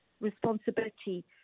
responsibility